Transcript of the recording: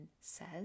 says